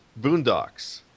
Boondocks